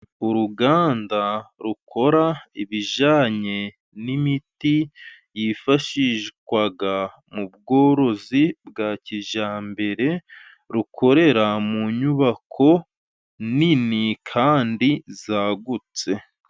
Uruganda rukora ibijyanye n'imiti yifashishwa mu bworozi bwa kijyambere, rukorera mu nyubako nini kandi yagutse.